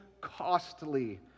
costly